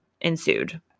ensued